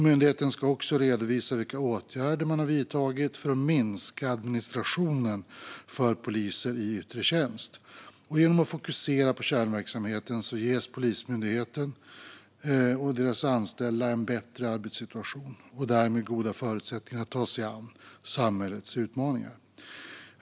Myndigheten ska också redovisa vilka åtgärder man har vidtagit för att minska administrationen för poliser i yttre tjänst. Genom att fokusera på kärnverksamheten ges Polismyndigheten och dess anställda en bättre arbetssituation och därmed goda förutsättningar att ta sig an samhällets utmaningar.